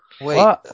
Wait